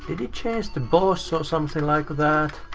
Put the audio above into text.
it it change the boss or something like that?